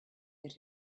that